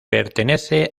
pertenece